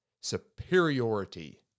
superiority